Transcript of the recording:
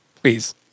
please